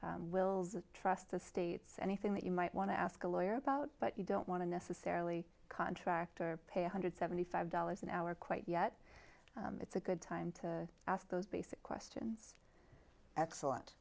care will trust the states anything that you might want to ask a lawyer about but you don't want to necessarily contractor pay one hundred seventy five dollars an hour quite yet it's a good time to ask those basic questions excellent